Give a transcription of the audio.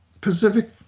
Pacific